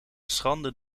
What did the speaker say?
schande